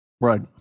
Right